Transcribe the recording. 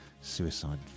suicide